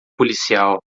policial